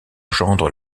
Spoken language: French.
gendre